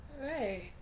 Right